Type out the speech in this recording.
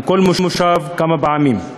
בכל מושב כמה פעמים.